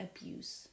abuse